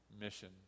mission